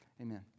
amen